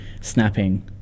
snapping